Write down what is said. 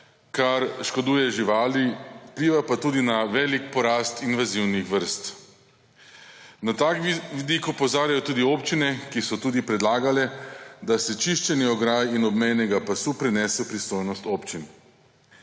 kar škoduje živali, vpliva pa tudi na velik porast invazivnih vrst. Na ta vidik opozarjajo tudi občine, ki so tudi predlagale, da se čiščenje ograj in obmejnega pasu prenese v pristojnost občin.